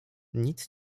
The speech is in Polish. nic